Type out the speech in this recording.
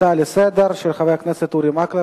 הצעה רגילה לסדר-היום של חבר הכנסת אורי מקלב.